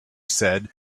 said